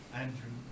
andrew